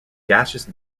gaseous